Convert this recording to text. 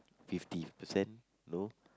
fifty percent no